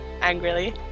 Angrily